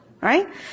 right